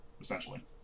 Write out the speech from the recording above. essentially